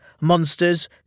Monsters